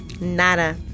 Nada